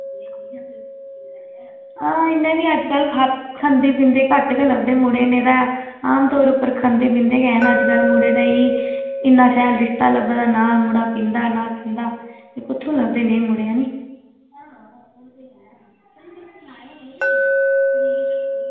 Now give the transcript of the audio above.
हां इ'न्ना बी अज्जकल खा खंदे पींदे घट्ट गै लभदे मुड़े नेईं तां आमतौर उप्पर खंदे पींदे गै न अज्जकल मुड़े ते एह् इ'न्ना शैल रिश्ता लब्भा दा ना मुड़ा पींदा ना खंदा एह् कुत्थें लभदे नेह् मुड़े हैनी